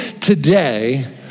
today